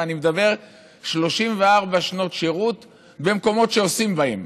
ואני מדבר על 34 שנות שירות במקומות שעושים בהם,